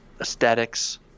aesthetics